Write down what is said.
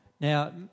Now